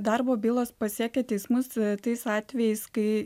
darbo bylos pasiekia teismus tais atvejais kai